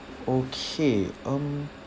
okay um